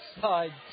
side